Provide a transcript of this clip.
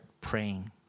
praying